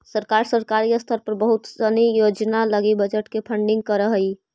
सरकार सरकारी स्तर पर बहुत सनी योजना लगी बजट से फंडिंग करऽ हई